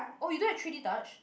oh you don't have three-D touch